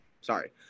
Sorry